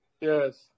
Yes